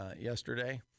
yesterday